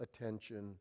attention